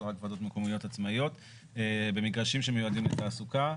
אלא רק בוועדות מקומיות עצמאיות - במגרשים שמיועדים לתעסוקה.